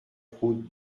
route